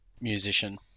musician